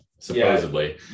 Supposedly